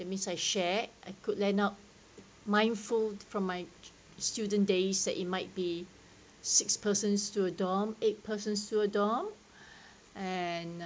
it means I share I could lend out mindful from my student days that it might be six persons to a dorm eight persons to a dorm and